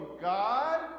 God